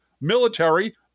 military